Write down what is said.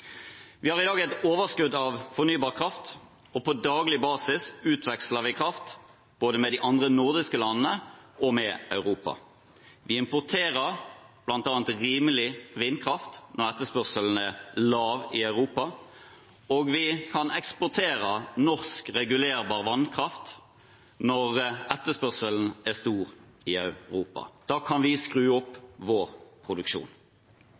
Vi har i dag et overskudd av fornybar kraft, og på daglig basis utveksler vi kraft både med de andre nordiske landene og med Europa. Vi importerer bl.a. rimelig vindkraft når etterspørselen er liten i Europa, og vi kan eksportere norsk regulerbar vannkraft når etterspørselen er stor i Europa. Da kan vi skru opp vår produksjon.